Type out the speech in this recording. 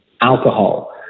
alcohol